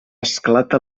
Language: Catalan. esclata